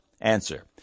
Answer